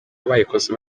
abayikoze